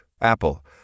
Apple